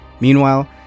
Meanwhile